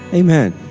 Amen